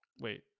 Wait